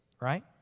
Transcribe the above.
right